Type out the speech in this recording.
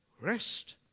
rest